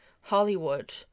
Hollywood